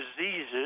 diseases